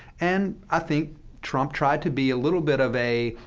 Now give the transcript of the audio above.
and i think trump tried to be a little bit of a,